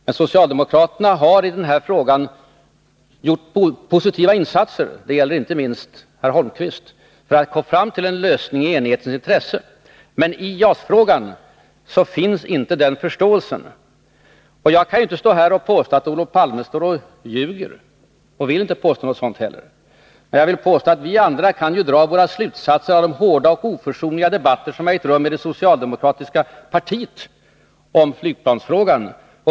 Men socialdemokraterna har i den här frågan gjort positiva insatser — det gäller inte minst herr Holmqvist — för att komma fram till en lösning i enighetens intresse. Men i JAS-frågan finns inte den förståelsen. Jag kan inte stå här och säga att Olof Palme ljuger — jag vill inte påstå något sådant heller. Men jag vill påstå att vi andra kan dra våra slutsatser av de hårda och oförsonliga debatter som har ägt rum inom det socialdemokratiska partiet om flygplansfrågan.